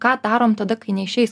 ką darom tada kai neišeis